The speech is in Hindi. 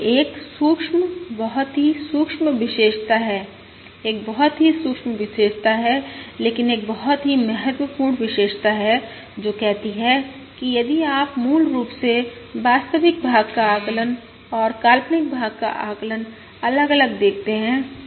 और यह एक सूक्ष्म एक बहुत ही सूक्ष्म विशेषता है एक बहुत ही सूक्ष्म विशेषता है लेकिन एक बहुत ही महत्वपूर्ण विशेषता है जो कहती है कि यदि आप मूल रूप से वास्तविक भाग का आकलन और काल्पनिक भाग का आकलन अलग अलग देखते हैं